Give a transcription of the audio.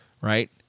right